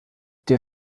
der